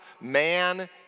man